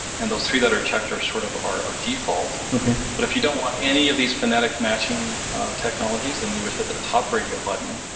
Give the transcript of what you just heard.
and those three that are checked are sort of our default. okay. but if you don't want any of these phonetic matching technologies, then you would hit the the top radio button,